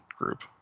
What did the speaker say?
group